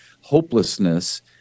hopelessness